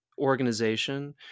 organization